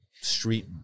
street